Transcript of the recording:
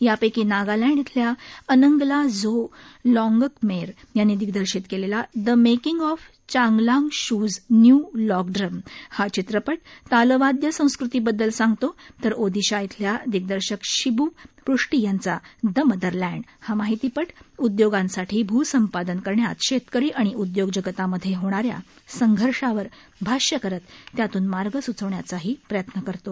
यापैकी नागालँड इथल्या अनंगला झो लॉगकमेर यांनी दिग्दर्शित केलेला द मेकिंग ऑफ चांगलांशूज न्यू लॉगड्रम हा चित्रपट तालवाद्यं संस्कृतीबद्दल सांगतो तर ओडिशा इथल्या दिग्दर्शक शिब् पृष्टि यांचा द मदरलँड हा माहितीपट उद्योगांसाठी भूसंपादन करण्यात शेतकरी आणि उद्योगजगतामध्ये होणाऱ्या संघर्षावर भाष्य करत त्यातून मार्ग सुचवण्याचाही प्रयत्न करतो